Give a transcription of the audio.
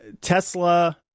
Tesla